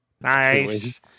Nice